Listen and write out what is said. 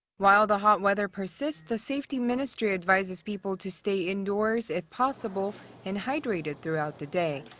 while the hot weather persists, the safety ministry advises people to stay indoors if possible and hydrated throughout the day.